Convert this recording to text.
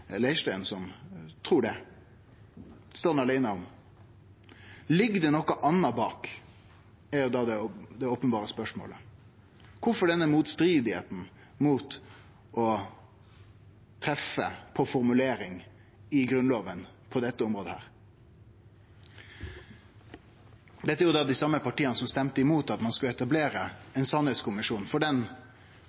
Leirstein som trur det. Det står han aleine om. Ligg det noko anna bak? Det er da det openberre spørsmålet. Kvifor denne motstanden mot å treffe på formuleringar i Grunnlova på dette området? Dette er dei same partia som stemte imot at ein skulle etablere ein sanningskommisjon for den